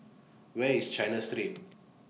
Where IS China Street